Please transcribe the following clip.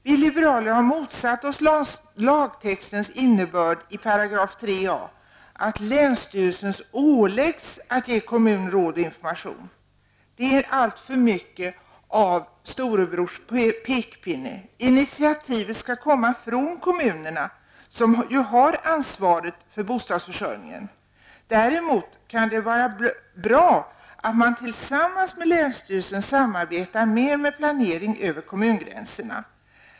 Vi liberaler har motsatt oss lagtextens innebörd i § 3 a om att länsstyrelsen åläggs att ge kommunen råd och information. Det är allför mycket av storebrors pekpinne. Initiativet skall komma från kommunerna som har ansvaret för bostadsförsörjningen. Däremot kan det vara bra att man tillsammans med länsstyrelsen samarbetar mer med planering över kommungränserna.